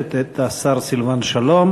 נוספת את השר סילבן שלום.